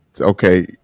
Okay